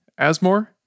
asmore